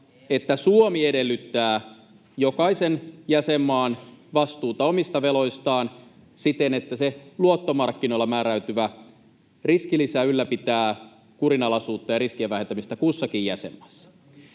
että Suomi edellyttää jokaisen jäsenmaan vastuuta omista veloistaan siten, että se luottomarkkinoilla määräytyvä riskilisä ylläpitää kurinalaisuutta ja riskien vähentämistä kussakin jäsenmaassa.